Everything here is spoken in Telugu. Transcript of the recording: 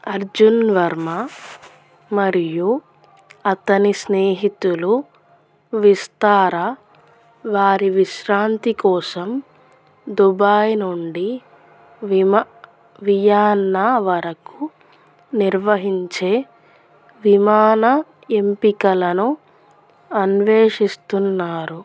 అర్జున్ వర్మ మరియు అతని స్నేహితులు విస్తారా వారి విశ్రాంతి కోసం దుబాయ్ నుండి విమా వియన్నా వరకు నిర్వహించే విమాన ఎంపికలను అన్వేషిస్తున్నారు